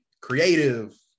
creative